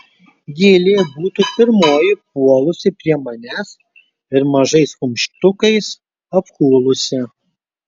gilė būtų pirmoji puolusi prie manęs ir mažais kumštukais apkūlusi